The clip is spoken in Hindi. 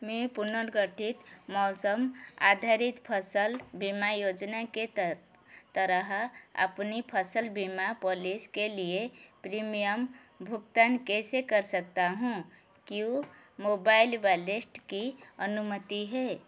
मैं पुनर्गठित मौसम आधारित फसल बीमा योजना के तहत तरह अपनी फसल बीमा पॉलिस के लिए प्रीमियम भुगतान कैसे कर सकता हूँ क्यू मोबाइल बलिस्ट की अनुमति है